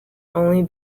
only